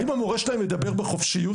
האם המורים שלהם יוכלו לדבר בחופשיות?